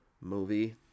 movie